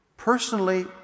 personally